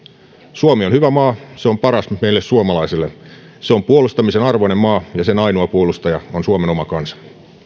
suomi on hyvä maa se on paras meille suomalaisille se on puolustamisen arvoinen maa ja sen ainoa puolustaja on suomen oma kansa